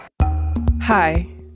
Hi